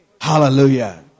Hallelujah